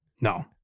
no